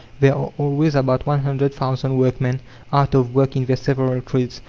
there are always about one hundred thousand workmen out of work in their several trades,